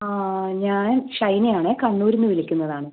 ഞാൻ ഷൈന ആണേ കണ്ണൂരിൽ നിന്ന് വിളിക്കുന്നതാണ്